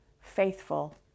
faithful